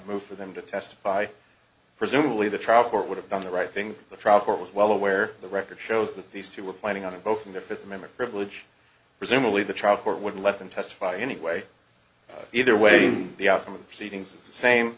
move for them to testify presumably the trial court would have done the right thing the trial court was well aware the record shows that these two were planning on invoking their fifth amendment privilege presumably the trial court would let them testify anyway either way the outcome of the proceedings